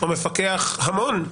או מפקח המון,